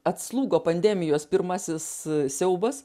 atslūgo pandemijos pirmasis siaubas